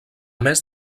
més